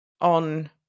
on